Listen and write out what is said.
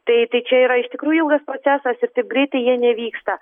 tai tai čia yra iš tikrųjų ilgas procesas ir taip greitai jie nevyksta